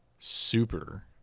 Super